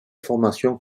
formations